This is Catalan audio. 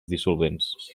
dissolvents